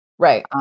Right